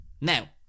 Now